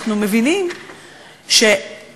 אנחנו מבינים שהציבור,